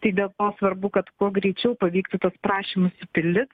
tai dėl to svarbu kad kuo greičiau pavyktų tuos prašymus supildyt